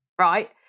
right